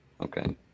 Okay